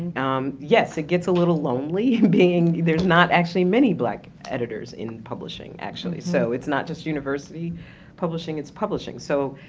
um, yes it gets a little lonely being-there's not actually many black editors in publishing, actually, so it's not just university publishing, it's publishing, so.